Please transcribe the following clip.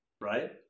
right